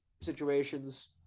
situations